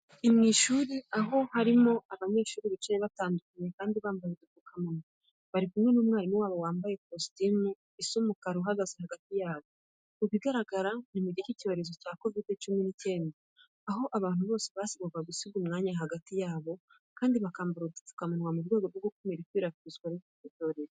Ni mu ishuri aho harimo abanyeshuri bicaye batandukanye kandi bambaye udupfukamunwa. Bari kumwe n'umwarimu wabo wambaye kositimu isa umukara uhagaze hagati yabo. Mu bigaragara ni mu gihe cy'icyorezo cya Covid cumi n'icyenda, aho abantu bose basabwaga gusiga umwanya hagati yabo kandi bakambara n'udupfukamunwa mu rwego rwo gukumira ikwirakwira ry'icyo cyorezo.